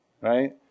right